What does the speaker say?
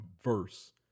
verse